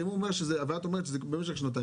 אם הוא אומר ואת אומרת שזה במשך שנתיים,